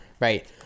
Right